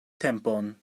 tempon